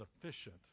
sufficient